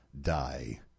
Die